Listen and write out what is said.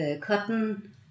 cotton